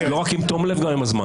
לא רק עם תום לב, גם עם הזמן.